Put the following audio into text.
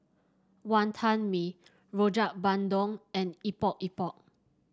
Wonton Mee Rojak Bandung and Epok Epok